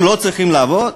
הם לא צריכים לעבוד?